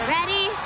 Ready